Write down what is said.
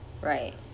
Right